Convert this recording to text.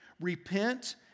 Repent